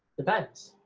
depends.